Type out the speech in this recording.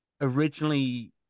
originally